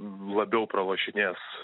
labiau pralošinės